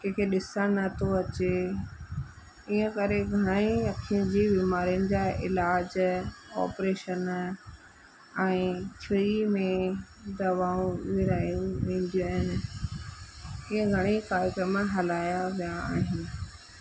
कंहिंखे ॾिसण न थो अचे ईअं करे घणा ई अखियुनि जी बीमारियुनि जा इलाज ऑपरेशन ऐं फ्री में दवाऊं विरहायूं वेंदियूं आहिनि के घणे कार्यक्रम हलाया विया आहिनि